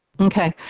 Okay